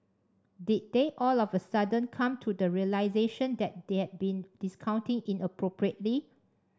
did they all of a sudden come to the realisation that they had been discounting inappropriately